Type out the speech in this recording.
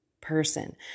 person